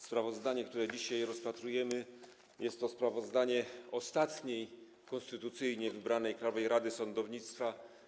Sprawozdanie, które dzisiaj rozpatrujemy, to jest sprawozdanie ostatniej konstytucyjnie wybranej Krajowej Rady Sądownictwa.